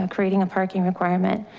um creating a parking requirement.